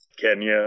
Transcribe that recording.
Kenya